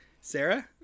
Sarah